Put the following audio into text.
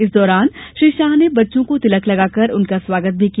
इस दौरान श्री शाह ने बच्चों को तिलक लगाकर उनका स्वागत भी किया